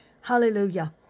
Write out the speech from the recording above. Hallelujah